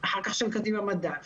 אחר כך של לקדימה מדע,